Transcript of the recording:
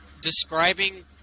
describing